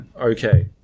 Okay